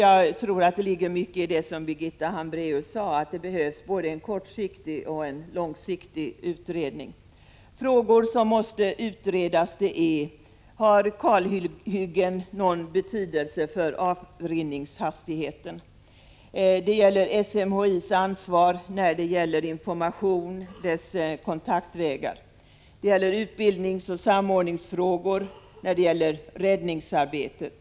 Jag tror emellertid att det ligger mycket i det som Birgitta Hambraeus sade, nämligen att det behövs både en kortsiktig och en långsiktig utredning. Bland de frågor som måste utredas är frågan om huruvida kalhyggen har någon betydelse för avrinningshastigheten, frågan om SMHI:s ansvar när det gäller information och SMHI:s kontaktvägar samt utbildningsoch samordningsfrågor när det gäller räddningsarbetet.